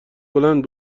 بلند